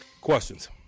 questions